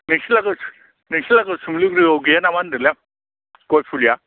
नोंसोर लागो नोंसोर लागो सुमलिगुरियाव गैया नामा होनदोंलां गय फुलिया